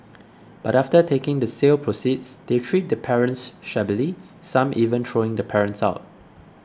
but after taking the sale proceeds they treat the parents shabbily some even throwing the parents out